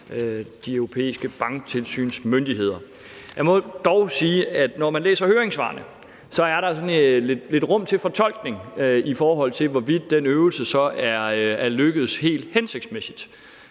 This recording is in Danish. de europæiske banktilsynsmyndigheder. Jeg må dog sige, at når man læser høringssvarene, så er der lidt rum til fortolkning, i forhold til hvorvidt den øvelse så er lykkedes helt hensigtsmæssigt.